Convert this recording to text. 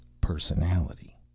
personality